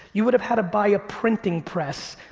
you would have had to buy a printing press.